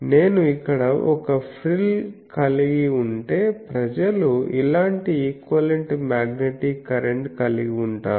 నేను ఇక్కడ ఒక ఫ్రిల్ కలిగి ఉంటే ప్రజలు ఇలాంటి ఈక్వివలెంట్ మ్యాగ్నెటిక్ కరెంట్ కలిగి ఉంటారు